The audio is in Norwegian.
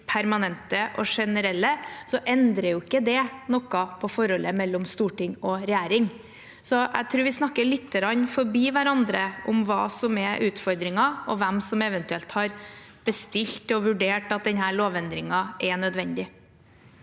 permanente og generelle, endrer ikke det noe på forholdet mellom storting og regjering. Jeg tror vi snakker litt forbi hverandre om hva som er utfordringer, og hvem som eventuelt har bestilt lovendringen og vurdert at den er nødvendig.